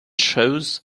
shows